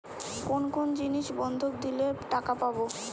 কোন কোন জিনিস বন্ধক দিলে টাকা পাব?